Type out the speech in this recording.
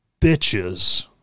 Bitches